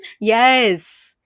Yes